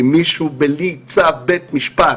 אם מישהו הלך והאזין בלי צו בית משפט,